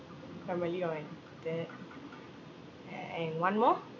family on that a~ and one more